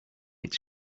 its